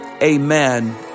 Amen